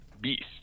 beast